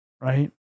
right